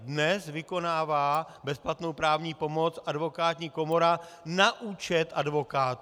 Dnes vykonává bezplatnou právní pomoc advokátní komora na účet advokátů.